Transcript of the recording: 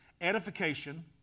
edification